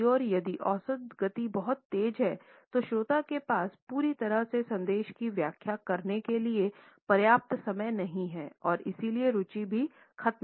दूसरी ओरयदि औसत गति बहुत तेज है तो श्रोता के पास पूरी तरह से संदेश की व्याख्या करने के लिए पर्याप्त समय नहीं है और इसलिए रूचि भी खत्म हो जाएगी